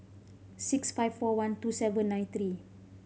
six five four one two seven nine three